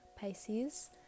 Pisces